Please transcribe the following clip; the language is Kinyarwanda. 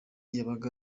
yabaga